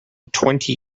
twenty